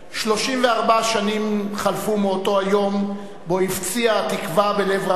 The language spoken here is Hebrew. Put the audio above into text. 34 שנים חלפו מאותו היום שבו הפציעה התקווה בלב רבים.